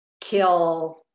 kill